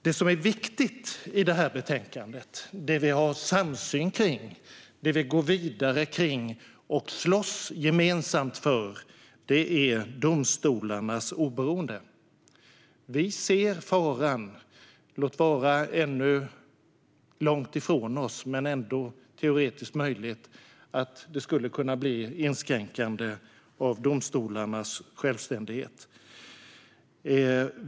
Det som är viktigt i det här betänkandet, det vi har samsyn kring och det vi går vidare med och slåss gemensamt för är domstolarnas oberoende. Vi ser faran, låt vara långt ifrån oss men ändå teoretiskt möjlig, att det skulle kunna bli inskränkande av domstolarnas självständighet.